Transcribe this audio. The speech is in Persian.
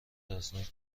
ترسناک